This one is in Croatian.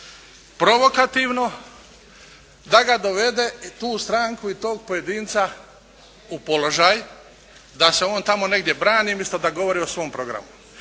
provokativno da ga dovede, tu stranku i tog pojedinca u položaj da se on tamo negdje brani umjesto da govori o svom programu.